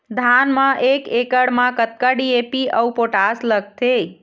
धान म एक एकड़ म कतका डी.ए.पी अऊ पोटास लगथे?